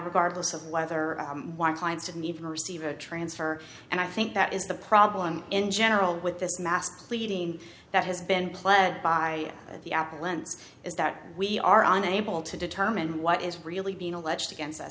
regardless of whether one clients and even receive a transfer and i think that is the problem in general with this mask pleading that has been pledged by the apple lens is that we are unable to determine what is really being alleged against